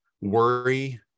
worry